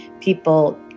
people